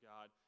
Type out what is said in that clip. God